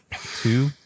two